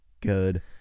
good